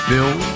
Bill